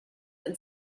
and